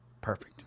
Perfect